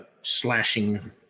slashing